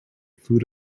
food